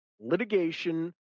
litigation